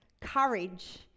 courage